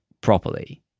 properly